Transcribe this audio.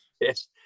Yes